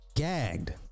gagged